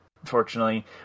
unfortunately